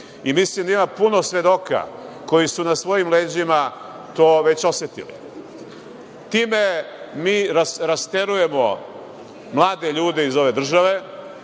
Mislim da ima puno svedoka koji su na svojim leđima to već osetili. Time mi rasterujemo mlade ljude iz ove države,